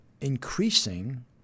increasing